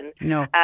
No